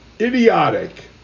idiotic